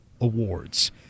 awards